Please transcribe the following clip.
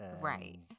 Right